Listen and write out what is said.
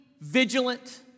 vigilant